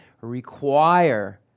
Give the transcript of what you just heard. require